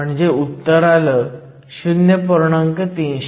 म्हणजे उत्तर आलं 0